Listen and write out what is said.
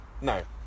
No